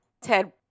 Ted